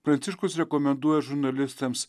pranciškus rekomenduoja žurnalistams